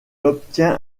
obtient